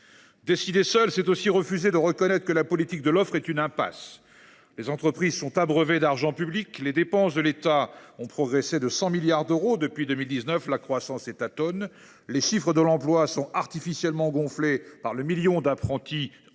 Décider seul, c’est aussi refuser de reconnaître que la politique de l’offre est une impasse. Les entreprises sont abreuvées d’argent public ; les dépenses de l’État ont progressé de 100 milliards d’euros depuis 2019 ; la croissance est atone ; les chiffres de l’emploi sont artificiellement gonflés par le million d’apprentis